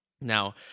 Now